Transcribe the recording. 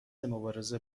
مبارزه